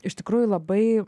iš tikrųjų labai